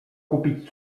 kupić